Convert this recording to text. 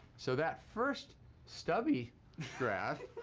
so that first stubby graph.